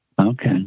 Okay